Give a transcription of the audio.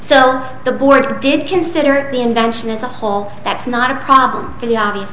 so the board did consider it the invention is a hole that's not a problem for the obvious